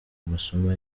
amasomo